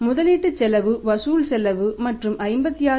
முதலீட்டு செலவு வசூல் செலவு மற்றும் 56